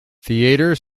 theatre